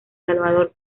salvador